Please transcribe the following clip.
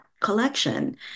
collection